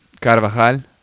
Carvajal